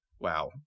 Wow